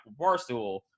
Barstool